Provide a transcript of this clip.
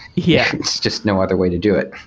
yeah just no other way to do it.